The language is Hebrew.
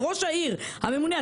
ראש העיר, הממונה.